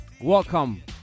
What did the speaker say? Welcome